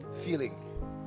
feeling